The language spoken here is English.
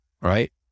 right